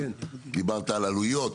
על עלויות